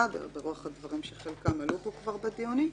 ברוח הדברים שחלקם עלו כבר בדיונים.